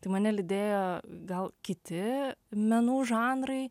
tai mane lydėjo gal kiti menų žanrai